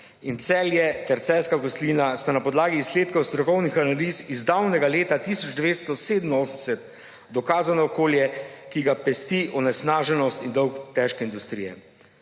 Celje ter Celjska kotlina sta na podlagi izsledkov strokovnih analiz iz davnega leta 1987 dokazano okolje, ki ga pesti onesnaženost in dolg težke industrije.